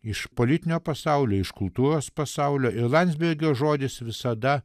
iš politinio pasaulio iš kultūros pasaulio ir landsbergio žodis visada